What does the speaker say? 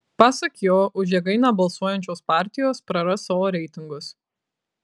pasak jo už jėgainę balsuosiančios partijos praras savo reitingus